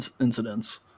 incidents